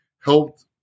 helped